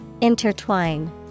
Intertwine